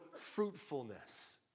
fruitfulness